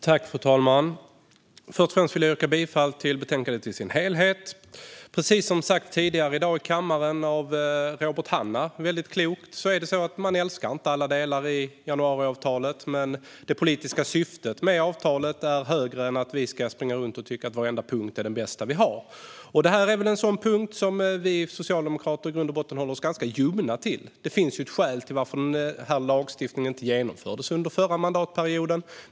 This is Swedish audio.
Fru talman! Först och främst vill jag yrka bifall till förslaget i betänkandet. Precis som Robert Hannah väldigt klokt sa tidigare i dag här i kammaren älskar man inte alla delar i januariavtalet. Det politiska syftet med avtalet är dock högre än att vi ska springa runt och tycka att varenda punkt är den bästa vi har. Det här är väl en sådan punkt som vi socialdemokrater i grund och botten förhåller oss ganska ljumma till. Det finns ju ett skäl till att den här lagstiftningen inte genomfördes under den förra mandatperioden.